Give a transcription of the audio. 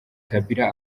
kabila